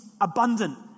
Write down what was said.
abundant